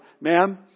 ma'am